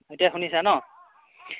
এতিয়া শুনিছা ন